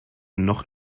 noch